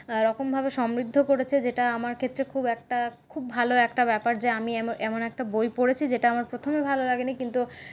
রকমভাবে সমৃদ্ধ করেছে যেটা আমার ক্ষেত্রে খুব একটা খুব ভালো একটা ব্যাপার যে আমি এমন একটা বই পড়েছি যেটা প্রথমে ভালো লাগেনি কিন্তু